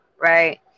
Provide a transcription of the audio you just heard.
Right